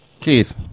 Keith